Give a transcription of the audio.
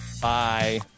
Bye